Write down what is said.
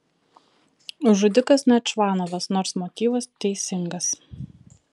žudikas ne čvanovas nors motyvas teisingas